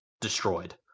destroyed